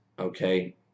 okay